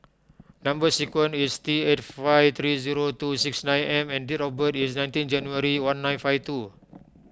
Number Sequence is T eight five three two six nine M and date of birth is nineteen January one nine five two